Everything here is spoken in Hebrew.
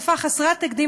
מתקפה חסרת תקדים,